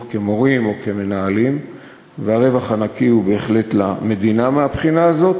כמורים או כמנהלים ויש בהחלט רווח נקי למדינה מהבחינה הזאת.